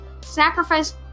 sacrifice